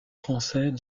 français